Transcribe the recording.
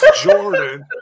Jordan